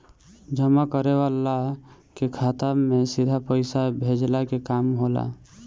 जमा करे वाला के खाता में सीधा पईसा भेजला के काम होला